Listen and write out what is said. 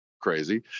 crazy